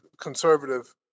conservative